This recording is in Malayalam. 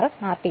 6 rpm